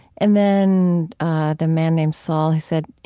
and then the man named saul who said,